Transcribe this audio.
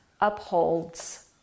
upholds